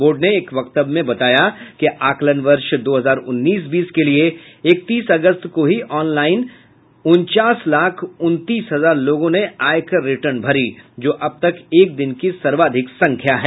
board ने एक वक्तव्य में बताया कि आकलन वर्ष दो हजार उन्नीस बीस के लिए इकतीस अगस्त को ही ऑनलाइन उनचास लाख उनतीस हजार लोगों ने आयकर रिटर्न भरीं जो अब तक एक दिन की सर्वाधिक संख्या है